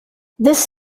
this